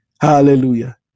Hallelujah